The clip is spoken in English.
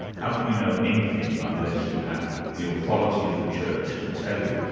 how can you know anything unless you have the authority of the church to tell you?